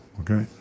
Okay